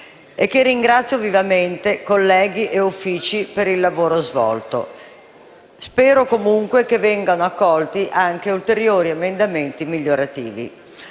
e ringrazio vivamente i colleghi e gli Uffici per il lavoro svolto. Spero, comunque, che vengano accolti anche ulteriori emendamenti migliorativi.